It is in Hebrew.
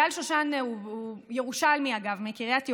אייל שושן הוא ירושלמי, אגב, מקריית יובל.